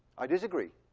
i disagree.